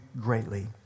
greatly